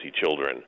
children